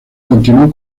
continuó